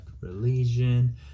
religion